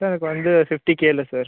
sir எனக்கு வந்து ஃபிஃப்டிகேவில் சார்